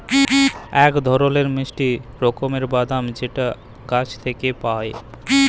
ইক ধরলের মিষ্টি রকমের বাদাম যেট গাহাচ থ্যাইকে পায়